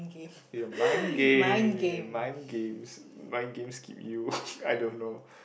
it's a mind game mind games mind games keep you I don't know